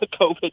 COVID